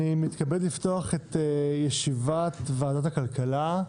אני מתכבד לפתוח את ישיבת ועדת הכלכלה.